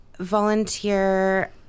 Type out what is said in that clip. volunteer